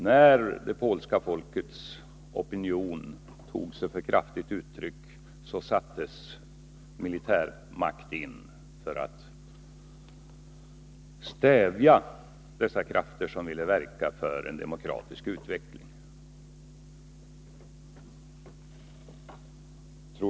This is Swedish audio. När uttrycken för opinionen inom det polska folket blev för starka sattes militärmakt in för att stävja de krafter som ville verka för en demokratisk utveckling.